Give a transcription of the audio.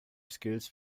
skills